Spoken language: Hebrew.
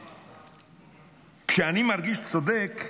כשאני מרגיש צודק,